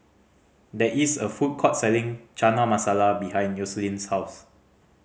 there is a food court selling Chana Masala behind Yoselin's house